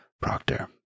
Proctor